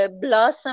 blossom